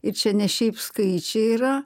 ir čia ne šiaip skaičiai yra